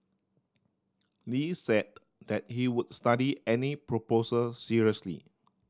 Lee said that he would study any proposal seriously